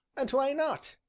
and why not?